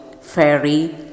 fairy